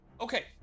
Okay